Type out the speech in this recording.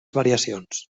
variacions